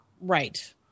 Right